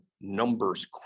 numbers